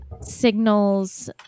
signals